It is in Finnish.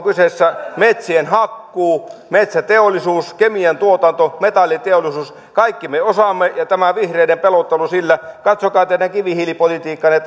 kyseessä metsien hakkuu metsäteollisuus kemian tuotanto metalliteollisuus kaikki me osaamme ja tähän vihreiden pelotteluun katsokaa teidän kivihiilipolitiikkaanne